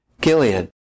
Gilead